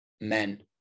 men